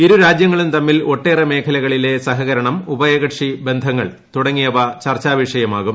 ഇരുരാജ്യങ്ങളും തമ്മിൽ ഒട്ടേറെ മേഖലകളിലെ സഹകരണം ഉഭയകക്ഷിബന്ധങ്ങൾ തുടങ്ങിയവ ചർച്ചാ വിഷയമാകും